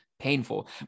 painful